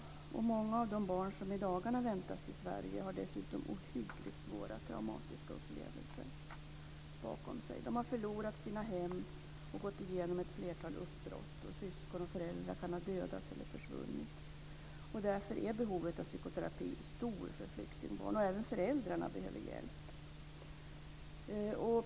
Många av de barn som i dagarna väntas till Sverige har dessutom ohyggligt svåra traumatiska upplevelser bakom sig. De har förlorat sina hem och gått igenom ett flertal uppbrott. Syskon och föräldrar kan ha dödats eller ha försvunnit. Därför är behovet av psykoterapi stort för flyktingbarnen. Även föräldrarna behöver hjälp.